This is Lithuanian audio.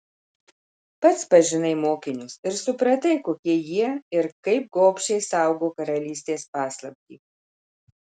pats pažinai mokinius ir supratai kokie jie ir kaip gobšiai saugo karalystės paslaptį